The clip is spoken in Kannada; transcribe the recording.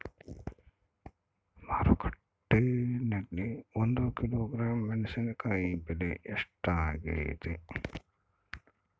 ಮಾರುಕಟ್ಟೆನಲ್ಲಿ ಒಂದು ಕಿಲೋಗ್ರಾಂ ಮೆಣಸಿನಕಾಯಿ ಬೆಲೆ ಎಷ್ಟಾಗೈತೆ?